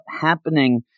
happening